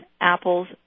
apples